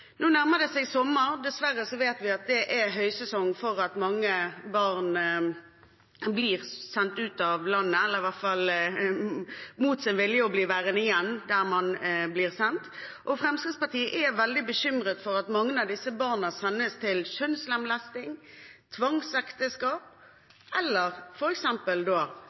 Nå nærmer det seg sommer, og vi vet at det dessverre er høysesong for at mange barn blir sendt ut av landet eller mot sin vilje blir værende igjen der man har reist. Fremskrittspartiet er veldig bekymret for at mange av disse barna sendes til kjønnslemlesting, tvangsekteskap eller